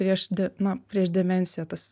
prieš de na prieš demenciją tas